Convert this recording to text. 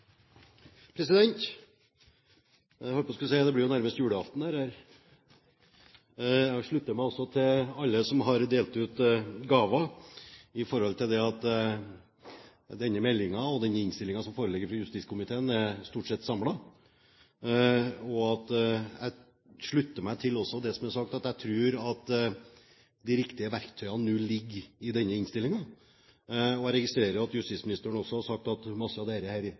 Jeg holdt på at si at dette nærmest blir julaften. Jeg slutter meg også til alle som har delt ut gaver med hensyn til at denne innstillingen som foreligger fra justiskomiteen, stort sett er samlet. Jeg slutter meg også til det som er sagt, og jeg tror at de riktige verktøyene nå ligger i denne innstillingen. Jeg registrerer at justisministeren har sagt at mye av dette allerede er